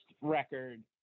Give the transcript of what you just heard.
record